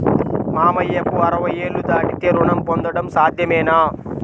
మామయ్యకు అరవై ఏళ్లు దాటితే రుణం పొందడం సాధ్యమేనా?